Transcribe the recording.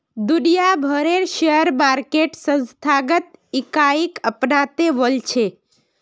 दुनिया भरेर share market संस्थागत इकाईक अपनाते वॉल्छे